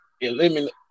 eliminate